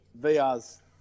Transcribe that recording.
VR's